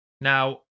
Now